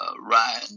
Ryan